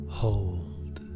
hold